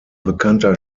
bekannter